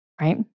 right